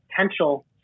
potential